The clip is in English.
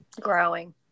growing